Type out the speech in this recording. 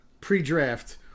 pre-draft –